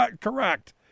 correct